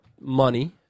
money